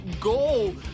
goal